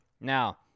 Now